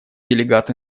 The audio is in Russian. делегат